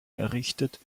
errichtet